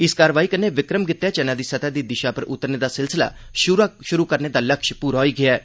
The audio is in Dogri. इस कार्रवाई कन्ने विक्रम गितै चन्नै दी सतह दी दिशा पर उतरने दा सिलसिला शुरू करने दा लक्ष्य पूरा होई गेआ ऐ